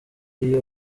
iyo